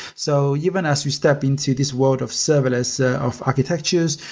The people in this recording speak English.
so even as we step into this world of serverless of architectures,